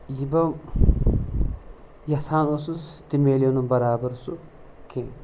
یہِ بہٕ یَژھان اوسُس تہِ میلیو نہٕ برابر سُہ کینٛہہ